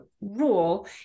rule